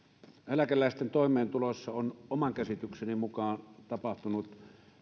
eläkeläisten toimeentulossa on oman käsitykseni mukaan tapahtunut